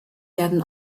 werden